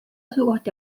asukoht